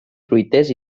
fruiters